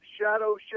shadow